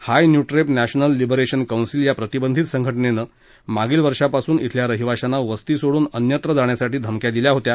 Hynniewtrep national liberation council या प्रतिबंधित संघटनेनं मागील वर्षापासून शेल्या रहिवाशांना वस्ती सोडून अन्यत्र जाण्यासाठी धमक्या दिल्या होत्या